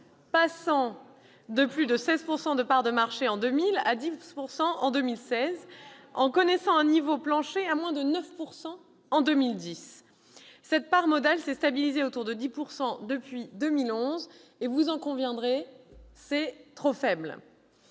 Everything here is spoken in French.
passant de plus de 16 % de part de marché en 2000 à 10 % en 2016, en connaissant un niveau plancher à moins de 9 % en 2010. Cette part modale s'est stabilisée autour de 10 % depuis 2011 ; vous en conviendrez, c'est trop faible.